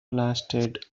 lasted